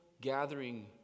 gathering